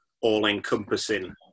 all-encompassing